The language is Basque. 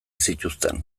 zituzten